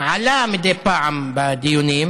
עלה מדי פעם בדיונים,